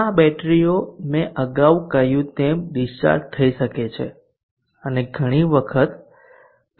આ બેટરીઓ મેં અગાઉ કહ્યું તેમ ડિસ્ચાર્જ થઈ શકે છે અને ઘણી વખત ઘણી વખત ચાર્જ થઈ શકે છે